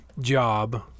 job